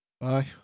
bye